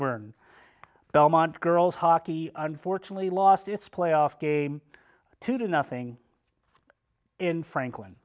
burn belmont girls hockey unfortunately lost its playoff game to do nothing in franklin